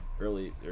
early